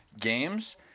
games